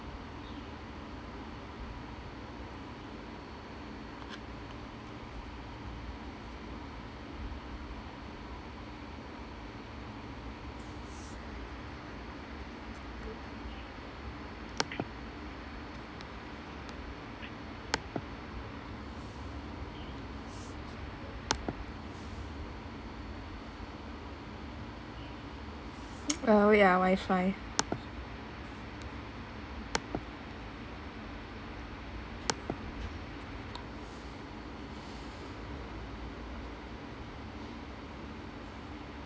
uh wait ah WiFi